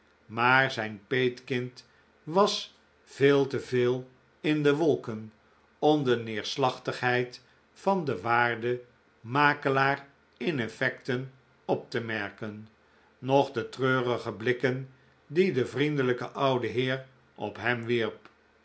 maar zijn peetkind was veel te veel in de wolken om de neerslachtigheid van den waarden makelaar in effecten op te merken noch de treurige blikken die de vriendelijke oude heer op hem wierp